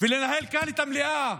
ולנהל כאן את המליאה